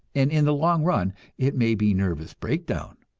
and in the long run it may be nervous breakdown.